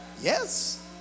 yes